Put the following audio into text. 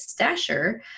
stasher